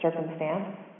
circumstance